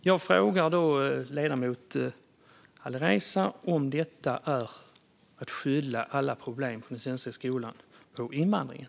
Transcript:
Jag frågar då ledamoten Alireza om detta är att skylla alla problem i den svenska skolan på invandringen.